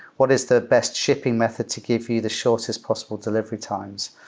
what is the best shipping method to give you the shortest possible delivery times?